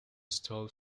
stole